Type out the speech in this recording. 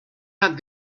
not